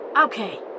okay